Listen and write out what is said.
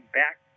back